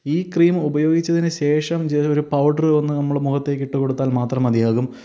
ഈ ക്രീം ഉപയോഗിച്ചതിനു ശേഷം ചിലർ പൗഡർ ഒന്നു നമ്മൾ മുഖത്തേക്കിട്ടു കൊടുത്താല് മാത്രം മതിയാകും